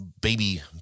baby